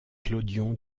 clodion